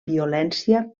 violència